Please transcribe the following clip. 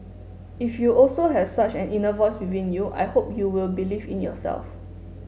if you also have such an inner voice within you I hope you will believe in yourself